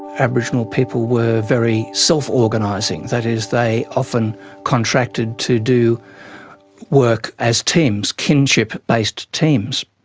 aboriginal people were very self-organising. that is, they often contracted to do work as teams, kinship-based teams.